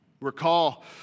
Recall